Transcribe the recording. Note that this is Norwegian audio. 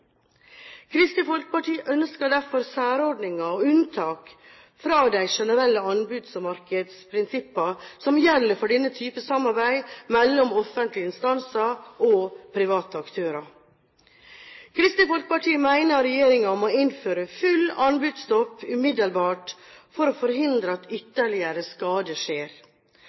Kristelig Folkeparti ønsker derfor særordninger og unntak fra de generelle anbuds- og markedsprinsippene som gjelder for denne type samarbeid mellom offentlige instanser og private aktører. Kristelig Folkeparti mener regjeringen må innføre full anbudsstopp umiddelbart for å forhindre at ytterligere skade skjer.